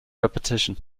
repetition